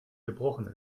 gebrochen